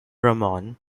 ramon